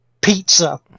Pizza